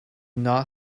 not